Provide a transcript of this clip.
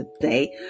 today